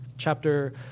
chapter